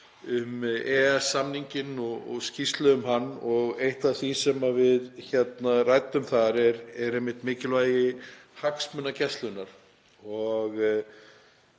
um EES-samninginn og skýrsluna um hann og eitt af því sem við ræddum þar er mikilvægi hagsmunagæslunnar.